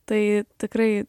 tai tikrai